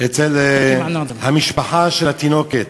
אצל המשפחה של התינוקת.